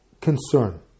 concern